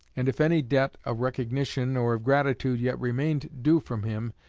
and if any debt of recognition or of gratitude yet remained due from him,